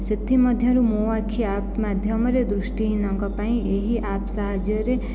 ସେଥିମଧ୍ୟରୁ ମୋ ଆଖି ଆପ୍ ମାଧ୍ୟମରେ ଦୃଷ୍ଟିହୀନଙ୍କ ପାଇଁ ଏହି ଆପ୍ ସାହାଯ୍ୟରେ